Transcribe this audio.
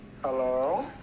Hello